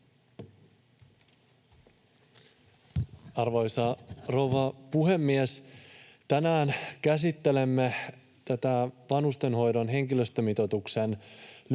Arvoisa rouva puhemies! Tänään käsittelemme tätä vanhustenhoidon henkilöstömitoituksen lykkäystä,